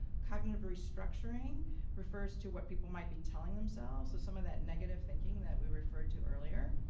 cognitive restructuring refers to what people might be telling themselves, so some of that negative thinking that we referred to earlier.